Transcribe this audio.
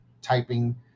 typing